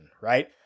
right